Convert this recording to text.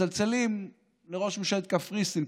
מצלצלים לראש ממשלת קפריסין,